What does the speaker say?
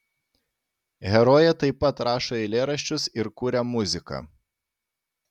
herojė taip pat rašo eilėraščius ir kuria muziką